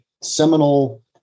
seminal